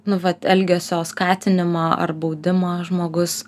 nu vat elgesio skatinimą ar baudimą žmogus